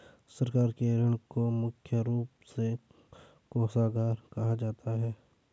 सरकार के ऋण को मुख्य रूप से कोषागार कहा जाता है